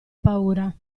paura